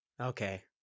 okay